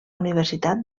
universitat